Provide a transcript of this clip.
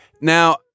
Now